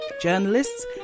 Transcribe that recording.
journalists